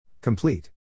Complete